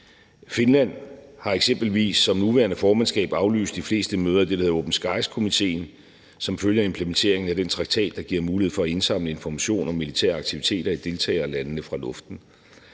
Finland har eksempelvis som nuværende formandskab aflyst de fleste møder i det, der hedder Open Skies-komitéen som følge af implementeringen af den traktat, der giver mulighed for at indsamle information om militære aktiviteter i deltagerlandene fra luften.